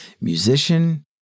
musician